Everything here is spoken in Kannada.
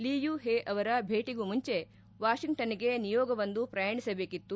ಲೀಯು ಹೇ ಅವರ ಭೇಟಿಗೂ ಮುಂಜೆ ವಾಷಿಂಗ್ಲನ್ಗೆ ನಿಯೋಗವೊಂದು ಪ್ರಯಾಣಿಸಬೇಕಿತ್ತು